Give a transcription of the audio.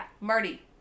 Marty